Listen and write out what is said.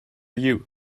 you